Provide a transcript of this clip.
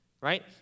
right